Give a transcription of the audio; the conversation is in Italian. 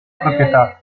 proprietà